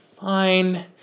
Fine